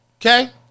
Okay